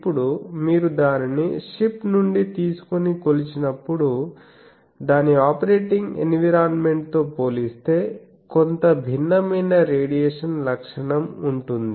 ఇప్పుడు మీరు దానిని షిప్ నుండి తీసుకొని కొలిచిన్నప్పుడు దాని ఆపరేటింగ్ ఎన్విరాన్మెంట్ తో పోలిస్తే కొంత భిన్నమైన రేడియేషన్ లక్షణం ఉంటుంది